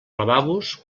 lavabos